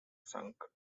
sunk